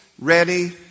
ready